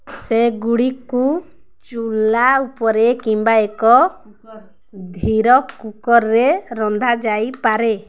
ସେଗୁଡ଼ିକୁ ଚୁଲା ଉପରେ କିମ୍ବା ଏକ ଧୀର କୁକର୍ରେ ରନ୍ଧାଯାଇପାରେ